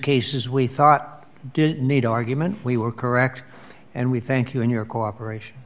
cases we thought did need argument we were correct and we thank you and your cooperation